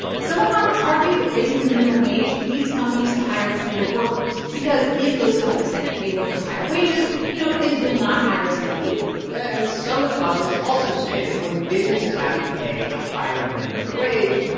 some economists argue that raising the minimum wage leads companies to hire fewer workers because if those companies had to pay workers higher wages, you know, they will not hire as many people yeah and some economists also say that when businesses have to pay a higher minimum wage,